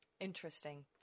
Interesting